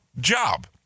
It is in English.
job